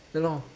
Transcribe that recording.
ya lor